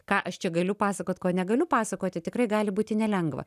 ką aš čia galiu pasakot ko negaliu pasakoti tikrai gali būti nelengva